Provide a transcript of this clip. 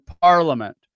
Parliament